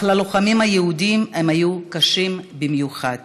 אך ללוחמים היהודים הם היו קשים במיוחד.